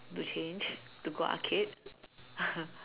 to change to go arcade